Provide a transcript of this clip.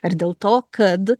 ar dėl to kad